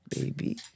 baby